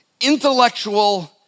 intellectual